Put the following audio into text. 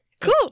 Cool